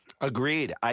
Agreed